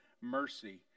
mercy